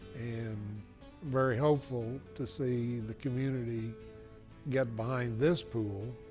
and very hopeful to see the community get behind this pool,